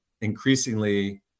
increasingly